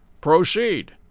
Proceed